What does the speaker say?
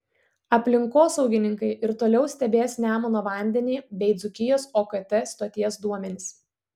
aplinkosaugininkai ir toliau stebės nemuno vandenį bei dzūkijos okt stoties duomenis